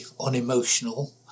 unemotional